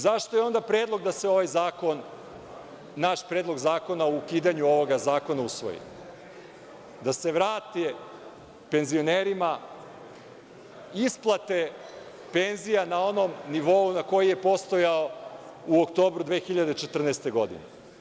Zašto je onda predlog da se naš predlog zakona o ukidanju ovog zakona ne usvoji, da se vrate penzionerima isplate penzija na onaj nivo koji je postojao u oktobru 2014. godine?